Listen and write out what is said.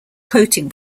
coating